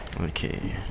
Okay